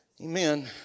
Amen